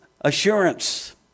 assurance